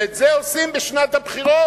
ואת זה עושים בשנת הבחירות.